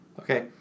Okay